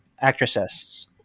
actresses